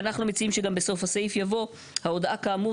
ואנחנו מציעים שגם בסוף הסעיף יבוא "ההודעה כאמור